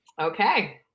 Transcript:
Okay